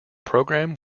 program